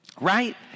Right